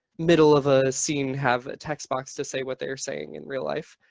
middle of a scene have a text box to say what they're saying in real life.